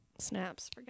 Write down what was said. snaps